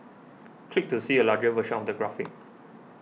click to see a larger version of the graphic